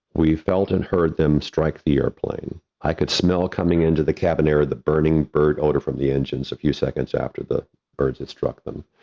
we felt and heard them strike the airplane. i could smell coming into the cabin air the burning bird odor from the engine a so few seconds after the birds it struck them.